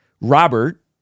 Robert